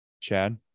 Chad